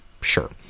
Sure